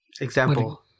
example